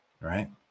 Right